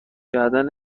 کردن